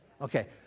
Okay